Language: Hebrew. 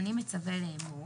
אני מצווה לאמור: